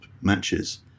matches